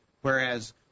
whereas